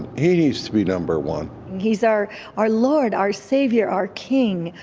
he needs to be number one. he is our our lord, our savior, our king,